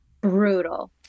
Brutal